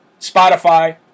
Spotify